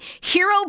Hero